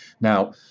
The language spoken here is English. Now